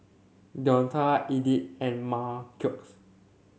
Deonta Edyth and Marquez